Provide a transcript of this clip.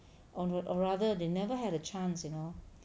or or rather they never had a chance you know